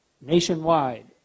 nationwide